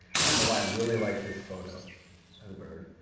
i don't know why, i really like this photo of the bird.